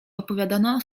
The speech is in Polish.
odpowiadano